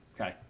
Okay